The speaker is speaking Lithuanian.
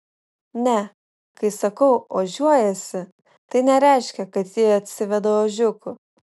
ne kai sakau ožiuojasi tai nereiškia kad ji atsiveda ožiukų